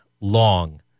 long